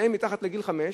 ושניהם מתחת לגיל חמש,